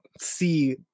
see